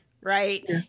right